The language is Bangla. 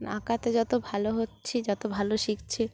আঁকাতে যত ভালো হচ্ছি যত ভালো শিখছি